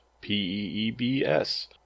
P-E-E-B-S